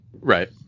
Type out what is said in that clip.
Right